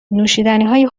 نوشیدنیهای